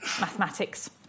mathematics